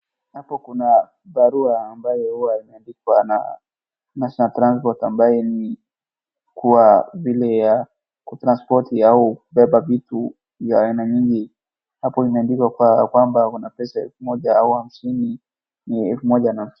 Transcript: Hapo kuna barua ambayo huwa inaandikwa na National Transport ambayo ni kuwa vile ya ku transpoti au kubeba vitu ya aina nyingi. Hapo imeandikwa kwa kwamba kuna pesa elfu moja au hamsini, ni elfu moja na...